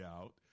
out